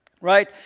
Right